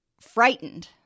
frightened